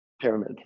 Pyramid